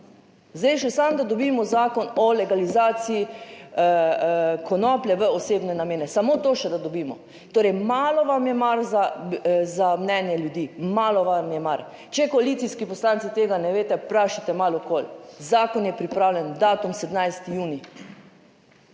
Zdaj še samo, da dobimo Zakon o legalizaciji konoplje v osebne namene, samo to še, da dobimo. Torej malo vam je mar za mnenje ljudi, malo vam je mar. Če koalicijski poslanci tega ne veste, vprašajte malo okoli, zakon je pripravljen, datum 17. junij,